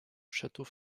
château